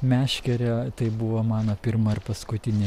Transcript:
meškere tai buvo mano pirma ir paskutinė